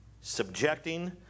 Subjecting